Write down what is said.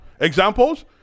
examples